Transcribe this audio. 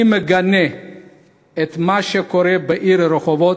אני מגנה את מה שקורה בעיר רחובות.